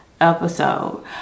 episode